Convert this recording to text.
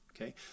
Okay